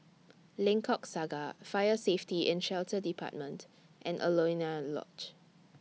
Lengkok Saga Fire Safety and Shelter department and Alaunia Lodge